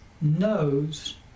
knows